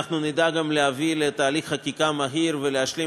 אנחנו נדע גם להביא לתהליך חקיקה מהיר ולהשלים